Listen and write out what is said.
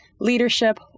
leadership